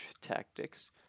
tactics